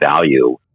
value